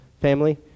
family